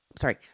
sorry